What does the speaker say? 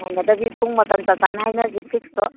ꯉꯥꯏꯅꯗꯕꯤ ꯄꯨꯡ ꯃꯇꯝ ꯆꯞ ꯆꯥꯅ ꯍꯥꯏꯅꯁꯤ ꯐꯤꯛꯁꯇ